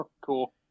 Cool